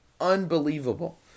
unbelievable